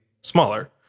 smaller